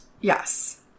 Yes